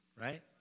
right